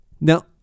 Now